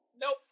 Nope